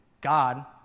God